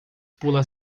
pula